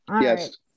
Yes